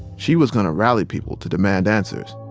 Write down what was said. she was going to rally people to demand answers.